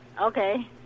Okay